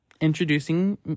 introducing